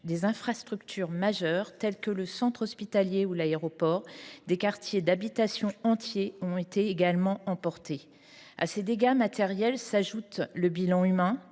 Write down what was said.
des infrastructures majeures, telles que le centre hospitalier ou l’aéroport. Des quartiers d’habitation entiers ont également été emportés. À ces dégâts matériels s’ajoute le bilan humain